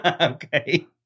Okay